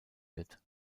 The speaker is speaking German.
wird